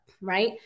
right